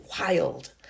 wild